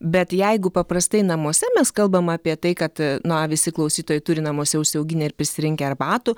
bet jeigu paprastai namuose mes kalbam apie tai kad na visi klausytojai turi namuose užsiauginę ir prisirinkę arbatų